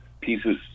pieces